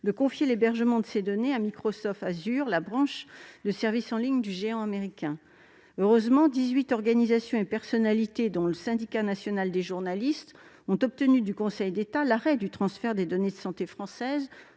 de confier l'hébergement de ces données à Microsoft Azure, la branche de services en ligne du géant américain. Heureusement, dix-huit organisations et personnalités, dont le Syndicat national des journalistes, ont obtenu du Conseil d'État l'arrêt du transfert des données de santé française